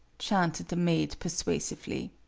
chanted the maid, persuasively.